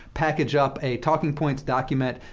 package up a talking-points document,